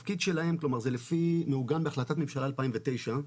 כלומר, כפי שזה מעוגן בהחלטת ממשלה 2009,